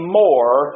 more